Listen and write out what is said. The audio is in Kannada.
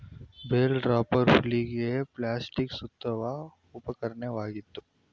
ಬೇಲ್ ರಾಪರ್ ಹುಲ್ಲಿಗೆ ಪ್ಲಾಸ್ಟಿಕ್ ಸುತ್ತುವ ಉಪಕರಣವಾಗಿದೆ